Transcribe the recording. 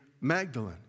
Magdalene